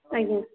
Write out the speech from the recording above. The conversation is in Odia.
ଆଜ୍ଞା